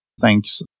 Thanks